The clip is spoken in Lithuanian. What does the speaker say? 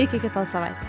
iki kitos savaitės